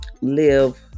live